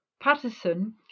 Patterson